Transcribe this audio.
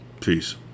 Peace